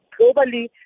Globally